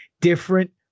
different